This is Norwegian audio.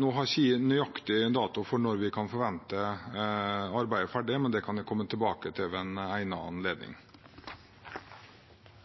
Nå har ikke jeg nøyaktig dato for når vi kan forvente arbeidet ferdig, men det kan jeg komme tilbake til ved en egnet anledning.